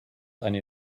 eine